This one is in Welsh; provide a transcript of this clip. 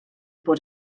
bod